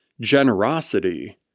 Generosity